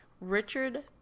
Richard